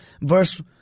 verse